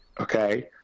okay